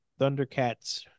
Thundercats